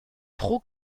pro